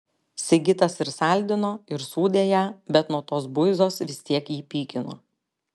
sigitas ir saldino ir sūdė ją bet nuo tos buizos vis tiek jį pykino